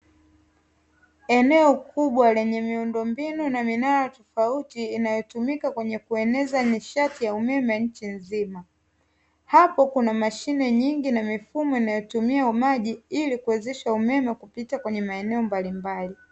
Eneo kubwa lenye miundombinu na minara tofauti inayotumika kwenye kueneza nishati ya umeme nchi nzima. Hapo kuna mashine nyingi na mifumo inayotumia maji ili kuanzisha umeme kupita kwenye maeneo mbalimbali.